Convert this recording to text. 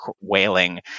wailing